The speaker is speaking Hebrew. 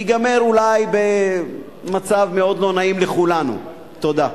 ייגמר אולי במצב מאוד לא נעים לכולנו, תודה.